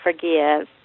forgive